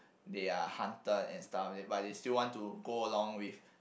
they are hunted and starving but they still want to go along with